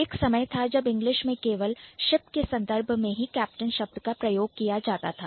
एक समय था जब English में केवल Ship के संदर्भ में ही Captain शब्द का प्रयोग किया जाता था